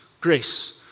grace